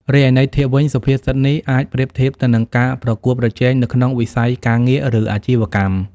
រីឯន័យធៀបវិញ សុភាសិតនេះអាចប្រៀបធៀបទៅនឹង ការប្រកួតប្រជែង នៅក្នុងវិស័យការងារ ឬអាជីវកម្ម។